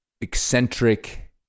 eccentric